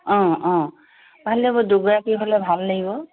অঁ অঁ ভালে হ'ব দুগৰাকী হ'লে ভাল লাগিব